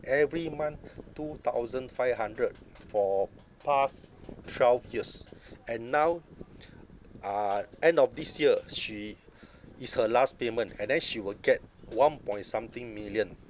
every month two thousand five hundred for past twelve years and now uh end of this year she is her last payment and then she will get one point something million